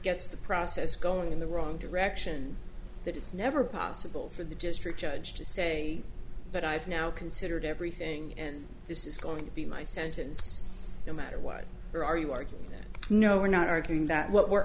gets the process going in the wrong direction that it's never possible for the district judge to say but i have now considered everything and this is going to be my sentence no matter what or are you arguing no we're not arguing that what we're